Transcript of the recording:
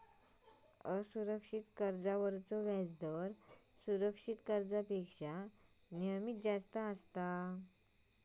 असुरक्षित कर्जावरलो व्याजदर सुरक्षित कर्जापेक्षा नेहमीच जास्त असता